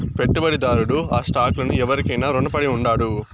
పెట్టుబడిదారుడు ఆ స్టాక్ లను ఎవురికైనా రునపడి ఉండాడు